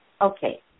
Okay